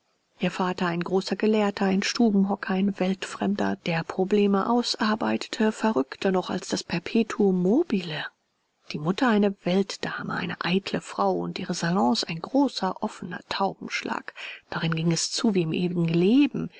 ihr vater ein großer gelehrter ein stubenhocker ein weltfremder der probleme ausarbeitete verrückter noch als das perpetuum mobile die mutter eine weltdame eine eitle frau und ihre salons ein großer offener taubenschlag darin ging es zu wie im ewigen leben